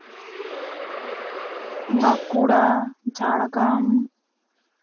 Bankura Jhargram